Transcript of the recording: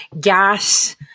gas